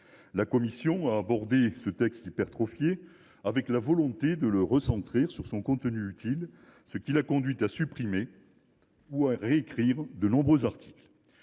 sociales a abordé ce texte hypertrophié avec la volonté de le recentrer sur son contenu utile, ce qui l’a conduite à supprimer ou à réécrire de nombreux articles.